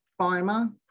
pharma